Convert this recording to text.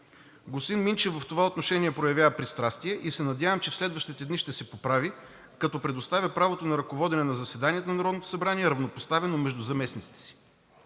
Господин Минчев в това отношение проявява пристрастие и се надявам, че следващите дни ще се поправи, като предоставя правото на ръководене на заседанието на Народното събрание равнопоставено между заместниците си.